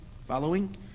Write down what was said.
Following